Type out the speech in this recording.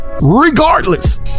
regardless